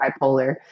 bipolar